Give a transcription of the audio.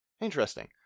Interesting